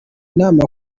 inama